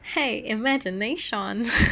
!hey! imagination